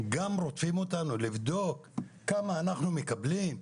גם רודפים אותנו לבדוק כמה אנחנו מקבלים?